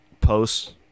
posts